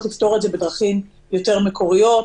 לפתור את זה בדרכים יותר מקוריות,